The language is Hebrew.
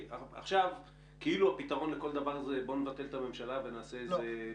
עכשיו הכאילו-פתרון לכל דבר זה "בוא נבטל את הממשלה ונעשה פרויקטור".